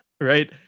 right